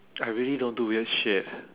I really don't do weird shit